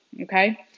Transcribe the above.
okay